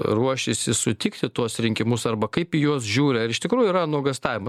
ruošiasi sutikti tuos rinkimus arba kaip į juos žiūri ar iš tikrųjų yra nuogąstavimas